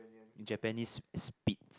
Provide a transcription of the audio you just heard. Japanese Spitz